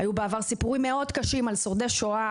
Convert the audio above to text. בעבר היו סיפורים מאוד קשים על שורדי שואה.